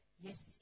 Yes